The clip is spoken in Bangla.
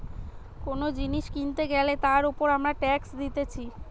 কোন জিনিস কিনতে গ্যালে তার উপর আমরা ট্যাক্স দিতেছি